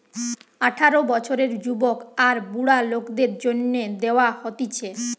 আঠারো বছরের যুবক আর বুড়া লোকদের জন্যে দেওয়া হতিছে